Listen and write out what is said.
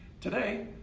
today,